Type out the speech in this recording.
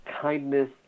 kindness